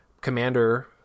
commander-